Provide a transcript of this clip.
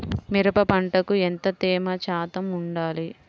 మిరప పంటకు ఎంత తేమ శాతం వుండాలి?